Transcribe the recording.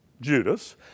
Judas